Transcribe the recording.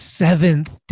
seventh